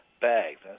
bags